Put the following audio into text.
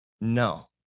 no